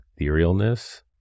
etherealness